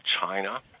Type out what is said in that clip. China